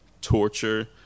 torture